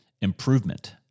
improvement